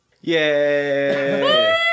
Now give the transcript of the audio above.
Yay